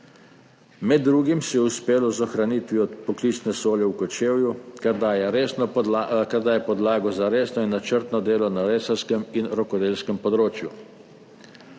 Med drugim je uspela ohranitev poklicne šole v Kočevju, kar daje podlago za resno in načrtno delo na lesarskem in rokodelskem področju.